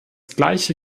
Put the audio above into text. gleiche